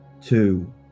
two